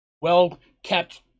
Well-kept